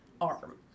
arm